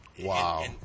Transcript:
Wow